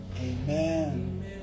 Amen